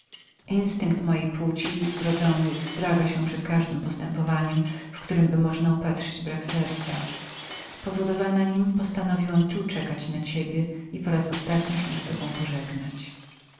instynkt mojej płci wrodzony wzdryga się na każde postępowanie w któremby można brak serca upatrzyć powodowana nim postanowiłam tu czekać na ciebie i raz ostatni się z tobą pożegnać